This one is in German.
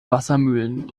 wassermühlen